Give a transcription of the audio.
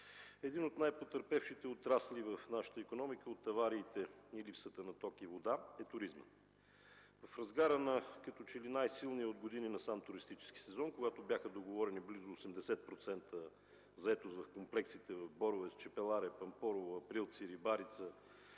Един от най-потърпевшите отрасли в нашата икономика от авариите и липсата на ток и вода е туризмът. В разгара на като че ли най-силния от години насам туристически сезон, когато бяха договорени близо 80% заетост в комплексите Боровец, Чепеларе, Пампорово, Априлци, Рибарица